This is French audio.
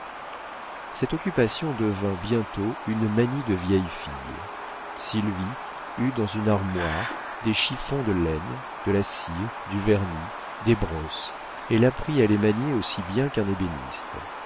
cette occupation devint bientôt une manie de vieille fille sylvie eut dans une armoire des chiffons de laine de la cire du vernis des brosses elle apprit à les manier aussi bien qu'un ébéniste